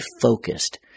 focused